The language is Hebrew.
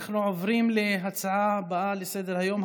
אנחנו עוברים להצעה הבאה בסדר-היום,